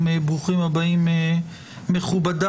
ברוכים הבאים מכובדיי.